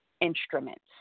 instruments